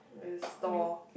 where they store